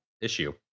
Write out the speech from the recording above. issue